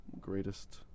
Greatest